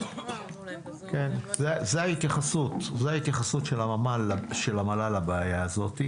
זו ההתייחסות של המל"ל לבעיה הזאת,